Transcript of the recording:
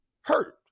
hurt